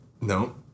No